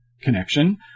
connection